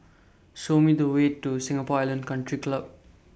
Show Me The Way to Singapore Island Country Club